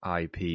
IP